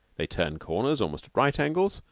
they turn corners almost at right angles,